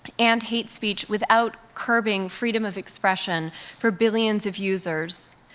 and hate speech without curbing freedom of expression for billions of users.